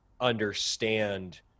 understand